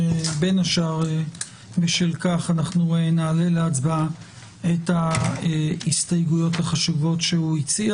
בין השאר בשל כך אנחנו נעלה להצבעה את ההסתייגויות החשובות שהוא הציע,